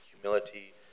Humility